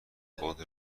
خود